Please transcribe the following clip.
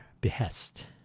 behest